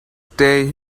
stay